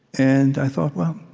and i thought, well,